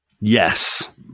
yes